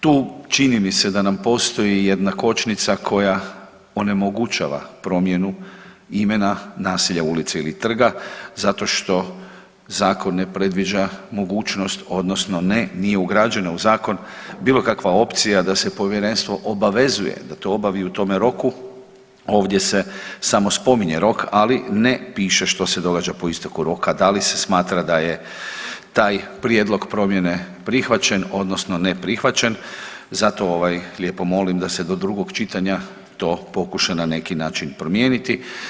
Tu, čini mi se da nam postoji jedna kočnica koja onemogućava promjenu imena naselja, ulice ili trga zato što Zakon ne predviđa mogućnost, odnosno nije ugrađena u Zakon bilo kakva opcija da se povjerenstvo obavezuje da to obavi u tome roku, ovdje se samo spominje rok, ali ne piše što se događa po isteku roka, da li se smatra da je taj prijedlog promjene prihvaćen odnosno neprihvaćen, zato ovaj, lijepo molim da se do drugog čitanja to pokuša na neki način promijeniti.